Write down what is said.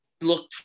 look